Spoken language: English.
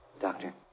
Doctor